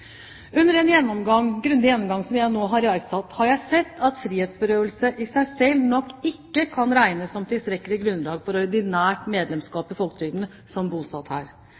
Under den grundige gjennomgangen som jeg nå har iverksatt, har jeg sett at frihetsberøvelse i seg selv nok ikke kan regnes som tilstrekkelig grunnlag for ordinært medlemskap i folketrygden som bosatt her.